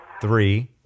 Three